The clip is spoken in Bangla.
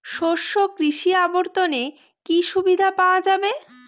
শস্য কৃষি অবর্তনে কি সুবিধা পাওয়া যাবে?